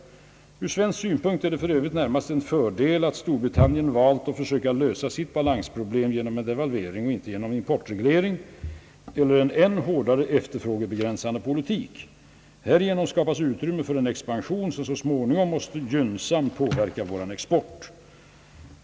Ur svensk synpunkt är det för övrigt närmast en fördel att Storbritannien valt att försöka lösa sitt balansproblem genom devalvering och inte genom importreglering eller en än hårdare efterfrågebegränsande politik. Härigenom skapas utrymme för en expansion som så småningom måste gynnsamt påverka vår export.